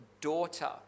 daughter